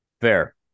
Fair